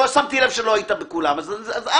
אתה רואה ששמתי לב שלא היית בכולם, אז אנא.